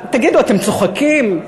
תגידו, אתם צוחקים?